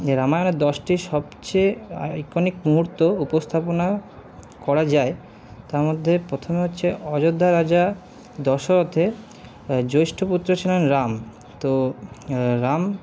রামায়ণের দশটি সবচেয়ে আইকনিক মুহুর্ত উপস্থাপনা করা যায় তার মধ্যে প্রথমে হচ্ছে অয্যোধ্যা রাজা দশরথের জ্যৈষ্ঠ পুত্র ছিলেন রাম তো রাম